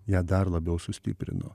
ją dar labiau sustiprino